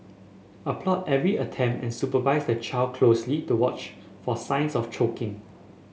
applaud every attempt and supervise the child closely to watch for signs of choking